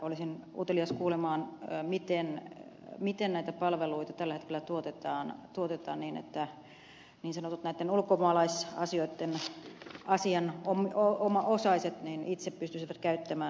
olisin utelias kuulemaan miten näitä palveluita tällä hetkellä tuotetaan niin että näitten niin sanottujen ulkomaalaisasioitten asianosaiset itse pystyisivät käyttämään palveluja